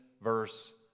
verse